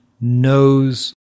knows